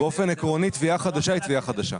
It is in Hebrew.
באופן עקרוני תביעה חדשה היא תביעה חדשה.